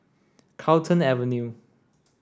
Carlton Avenue